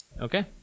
Okay